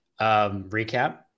recap